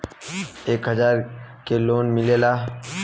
एक हजार के लोन मिलेला?